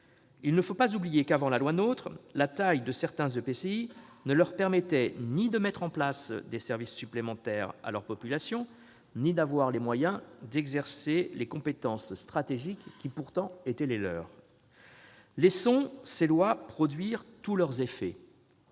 Il ne faut pas oublier qu'avant la loi NOTRe la taille de certains EPCI ne permettait à ces derniers ni de mettre en place des services supplémentaires à leur population ni d'avoir les moyens d'exercer les compétences stratégiques qui étaient pourtant les leurs. Laissons ces lois produire tous leurs effets.